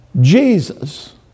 Jesus